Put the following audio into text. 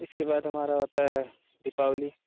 इसके बाद हमारा होता है दीपावली